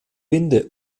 winde